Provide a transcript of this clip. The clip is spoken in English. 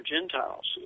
Gentiles